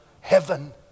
Heaven